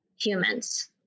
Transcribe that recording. humans